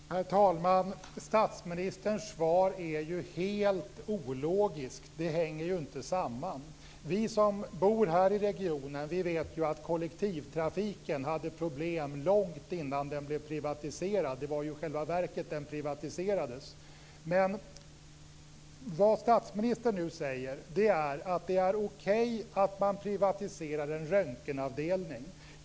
Herr talman! Statsministerns svar är helt ologiskt. Det hänger inte samman. Vi som bor här i regionen vet att kollektivtrafiken hade problem långt innan den blev privatiserad. Det var ju i själva verket därför den privatiserades. Vad statsministern nu säger är att det är okej att man privatiserar en röntgenavdelning.